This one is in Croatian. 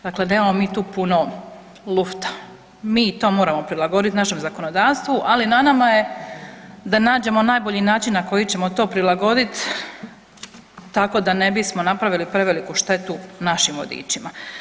Dakle, nemamo mi tu puno lufta, mi to moramo prilagoditi našem zakonodavstvu, ali na nama je da nađemo najbolji način na koji ćemo to prilagodit tako da ne bismo napravili preveliku štetu našim vodičima.